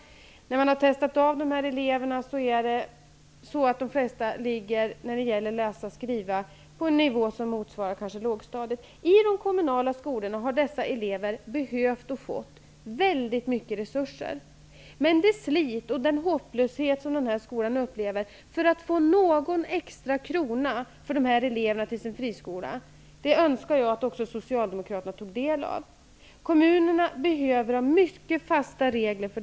Vid testning av dessa elevers läs och skrivförmåga har det visat sig att de flesta av dem ligger på en nivå motsvarande lågstadiet. I de kommunala skolorna där dessa elever har gått har det funnits mycket resurser. Men det slit och den hopplöshet som denna skola upplever för att få någon extra krona för dessa elever önskar jag också att socialdemokraterna tog del av. Kommunerna behöver mycket fasta regler.